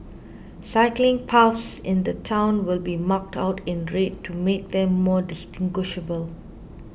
cycling paths in the town will be marked out in red to make them more distinguishable